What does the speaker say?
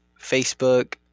Facebook